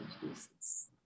Jesus